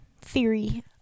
theory